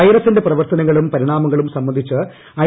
വൈറസിന്റെ പ്രവർത്തനങ്ങളും പരിണാമങ്ങളും സംബന്ധിച്ച് ഐ